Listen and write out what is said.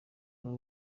aba